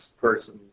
person